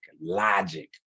logic